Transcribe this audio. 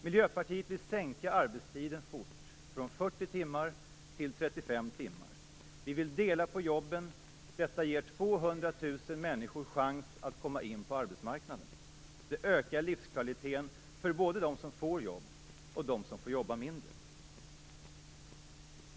Miljöpartiet vill sänka arbetstiden fort, från 40 timmar till 35 timmar. Vi vill dela på jobben. Detta ger 200 000 människor chans att komma in på arbetsmarknaden. Det ökar livskvaliteten både för dem som får jobb och dem som får jobba mindre.